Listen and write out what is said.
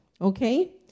okay